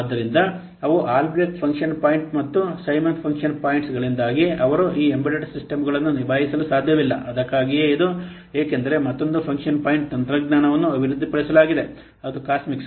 ಆದ್ದರಿಂದ ಅವರು Albrecht function point ಮತ್ತು ಸೈಮನ್ಸ್ ಫಂಕ್ಷನ್ ಪಾಯಿಂಟ್ಗಳಿಂದಾಗಿ ಅವರು ಈ ಎಂಬೆಡೆಡ್ ಸಿಸ್ಟಮ್ಗಳನ್ನು ನಿಭಾಯಿಸಲು ಸಾಧ್ಯವಿಲ್ಲ ಅದಕ್ಕಾಗಿಯೇ ಇದು ಏಕೆಂದರೆ ಮತ್ತೊಂದು ಫಂಕ್ಷನ್ ಪಾಯಿಂಟ್ ತಂತ್ರಜ್ಞಾನವನ್ನು ಅಭಿವೃದ್ಧಿಪಡಿಸಲಾಗಿದೆ ಅದು ಕಾಸ್ಮಿಕ್ಸ್